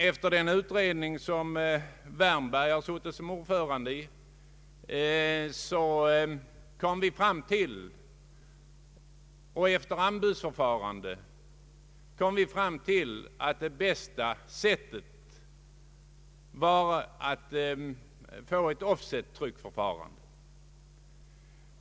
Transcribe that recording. Efter denna utredning, som herr Wärnberg suttit som ordförande i, och efter anbudsförfarande har man kommit fram till att det bästa sättet att trycka protokollen blir genom ett offsettryckförfarande.